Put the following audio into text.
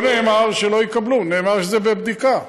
לא נאמר שלא יקבלו, נאמר שזה בבדיקה.